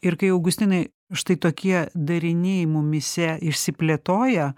ir kai augustinai štai tokie dariniai mumyse išsiplėtoja